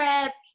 trips